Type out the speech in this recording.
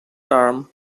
term